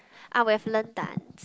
I would have learnt dance